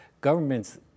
governments